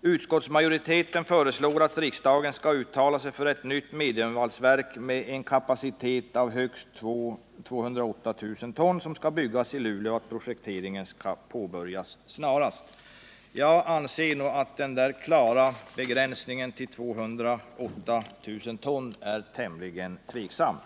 Utskottsmajoriteten föreslår att riksdagen skall uttala sig för att ett nytt mediumvalsverk med en kapacitet av högst 208 000 ton skall byggas i Luleå och att projekteringen skall påbörjas snarast. Jag anser att denna klara begränsning till 208 000 ton är tämligen tveksam.